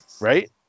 Right